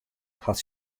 hat